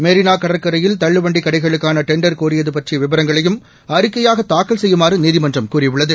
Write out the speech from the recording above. மெரினா கடற்கரையில் தள்ளுவண்டி கடைகளுக்கான டெண்டர் கோரியது பற்றிய விவரங்களையும் அறிக்கையாக தாக்கல் செய்யுமாறு நீதிமன்றம் கூறியுள்ளது